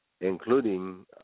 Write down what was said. including